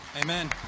Amen